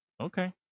Okay